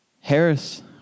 Harris